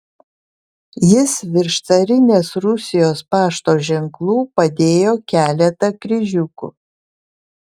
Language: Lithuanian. jis virš carinės rusijos pašto ženklų padėjo keletą kryžiukų